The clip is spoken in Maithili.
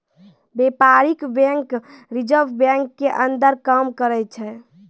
व्यपारीक बेंक रिजर्ब बेंक के अंदर काम करै छै